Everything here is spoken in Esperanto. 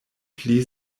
pli